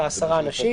על עשרה אנשים.